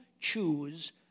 choose